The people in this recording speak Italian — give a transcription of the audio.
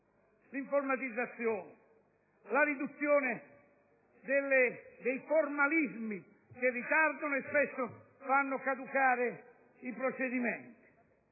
l'informatizzazione, la riduzione dei formalismi che ritardano e spesso fanno caducare i procedimenti,